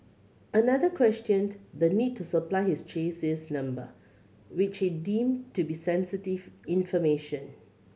another questioned the need to supply his chassis number which he deemed to be sensitive information